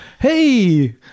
hey